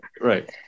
Right